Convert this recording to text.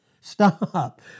Stop